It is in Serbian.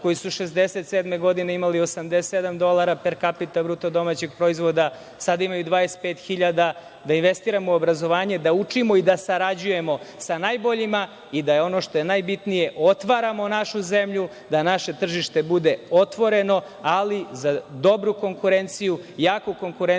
koji su 1967. godine imali 87 dolara BDP, sada imaju 25.000, da investiramo u obrazovanje, da učimo i sarađujemo sa najboljima i da, ono što je najbitnije, otvaramo našu zemlju, da naše tržište bude otvoreno, ali za dobru konkurenciju, jaku konkurenciju